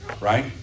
Right